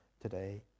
today